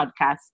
podcast